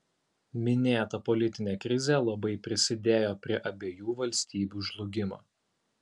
minėta politinė krizė labai prisidėjo prie abiejų valstybių žlugimo